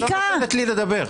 את לא נותנת לי לדבר.